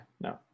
no